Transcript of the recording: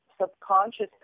subconscious